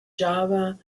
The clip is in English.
java